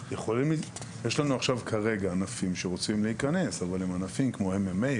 יש לנו כרגע ענפים שרוצים להיכנס אבל הם ענפים כמו MMA,